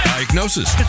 Diagnosis